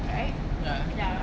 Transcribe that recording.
ya